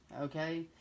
okay